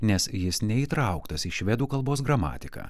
nes jis neįtrauktas į švedų kalbos gramatiką